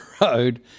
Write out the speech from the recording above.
road